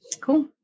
Cool